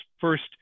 first